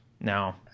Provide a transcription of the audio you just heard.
Now